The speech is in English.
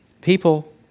People